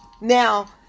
Now